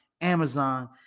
Amazon